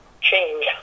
change